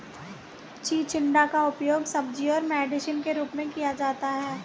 चिचिण्डा का उपयोग सब्जी और मेडिसिन के रूप में किया जाता है